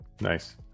nice